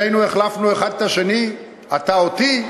שנינו החלפנו אחד את השני, אתה אותי